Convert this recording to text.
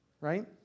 right